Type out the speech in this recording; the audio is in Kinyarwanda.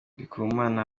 ndikumana